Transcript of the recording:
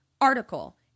article